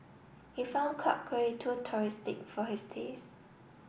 he found Clarke Quay too touristic for his taste